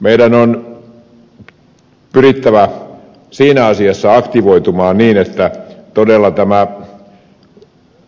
meidän on pyrittävä siinä asiassa aktivoitumaan niin että todella tämä